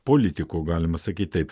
politikų galima sakyt taip